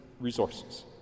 resources